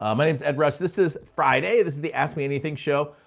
um my name is ed rush, this is friday. this is the ask me anything show.